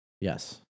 Yes